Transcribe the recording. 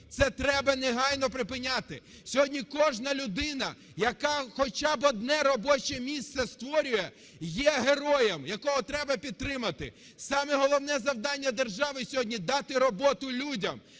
Це треба негайно припиняти. Сьогодні кожна людина, яка хоча б одне робоче місце створює, є героєм, якого треба підтримати. Саме головне завдання держави сьогодні – дати роботу людям,